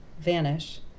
vanish